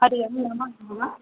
हरिः ओं नमो नमः